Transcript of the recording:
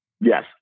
Yes